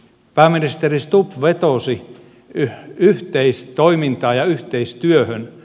pääministeri stubb vetosi yhteistoimintaan ja yhteistyöhön